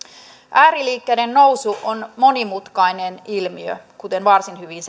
ääriliikkeiden nousu on monimutkainen ilmiö kuten varsin hyvin